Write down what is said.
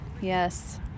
Yes